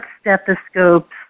stethoscopes